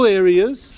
areas